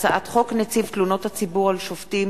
הצעת חוק נציב תלונות הציבור על שופטים